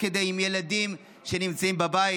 התמודדות תוך כדי עם ילדים שנמצאים בבית,